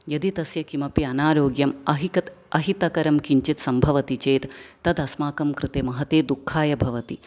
यदि तस्य किमपि अनारोग्यम् अहितकरं किञ्चित् सम्भवति चेत् तदस्माकं कृते महती दुःखाय भवति